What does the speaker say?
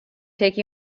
take